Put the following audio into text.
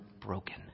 broken